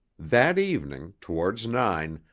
that evening, towards nine,